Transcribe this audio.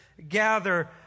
Gather